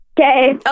Okay